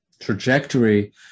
trajectory